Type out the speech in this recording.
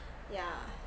yeah